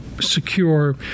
secure